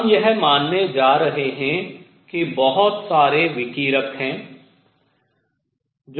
हम यह मानने जा रहे हैं कि बहुत सारे विकिरक हैं